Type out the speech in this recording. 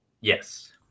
Yes